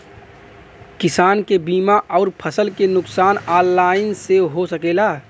किसान के बीमा अउर फसल के नुकसान ऑनलाइन से हो सकेला?